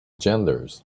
genders